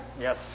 Yes